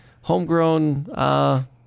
homegrown, –